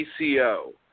PCO